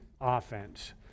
offense